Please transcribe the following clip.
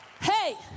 Hey